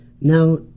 now